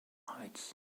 heights